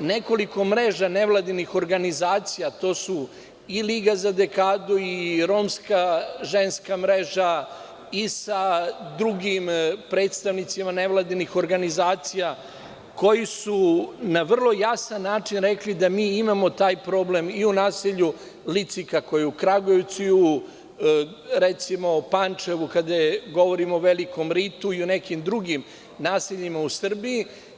nekoliko mreža nevladinih organizacija, a to su i Liga za dekadu i Romska ženska mreža i sa drugim predstavnicima nevladinih organizacija, koji su na vrlo jasan način rekli da mi imamo taj problem i u naselju Lici, kako u Kragujevcu, Pančevu, kada govorimo o Velikom ritu i o nekim drugim naseljima u Srbiji.